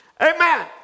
Amen